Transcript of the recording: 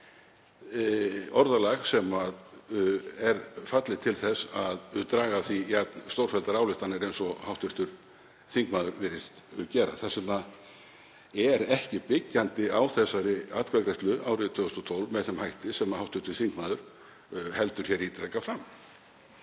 orðalag sem fallið sé til þess að draga af því jafn stórfelldar ályktanir eins og hv. þingmaður virðist gera. Þess vegna er ekki byggjandi á þessari atkvæðagreiðslu árið 2012 með þeim hætti sem hv. þingmaður heldur hér ítrekað fram.